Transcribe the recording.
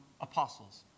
apostles